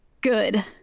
good